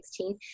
2016